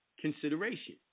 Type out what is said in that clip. consideration